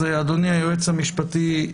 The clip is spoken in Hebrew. אז אדוני היועץ המשפטי,